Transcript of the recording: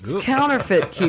counterfeit